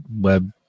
web